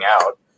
out